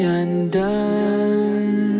undone